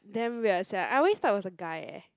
damn weird sia I always thought it was a guy eh